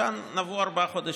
מכאן נבעו ארבעה חודשים.